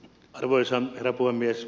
arvoisa herra puhemies